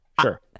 Sure